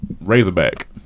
Razorback